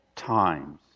times